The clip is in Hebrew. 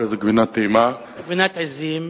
גבינת עזים.